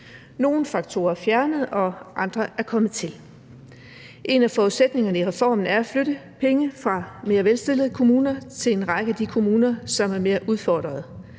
Nogle faktorer er fjernet, og andre er kommet til. En af forudsætningerne i reformen er at flytte penge fra mere velstillede kommuner til en række af de kommuner, som er mere udfordret.